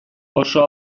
oso